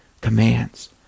commands